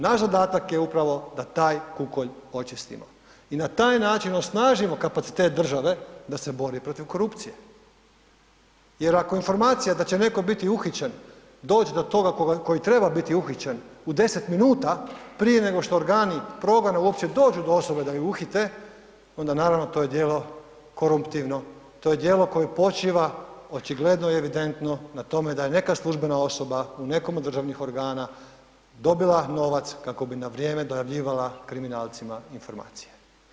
Naš zadatak je upravo da taj kukolj očistimo i na taj način osnažimo kapacitet države da se bori protiv korupcije jer ako informacija da će neko biti uhićen dođe do toga koji treba biti uhićen u 10 min prije nego što organi progona uopće dođu do osobe da je uhite, onda naravno to je djelo koruptivno, to je djelo koje počiva očigledno i evidentno na tome da je neka službena osoba u nekom od državnih organa dobila novac kako bi na vrijeme dojavljivala kriminalcima informacije.